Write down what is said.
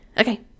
Okay